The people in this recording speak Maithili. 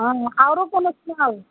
हँ आओरो कोनो सुनाउ